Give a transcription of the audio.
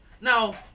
now